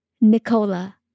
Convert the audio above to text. Nicola